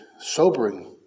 sobering